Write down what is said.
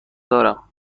دارم